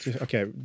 Okay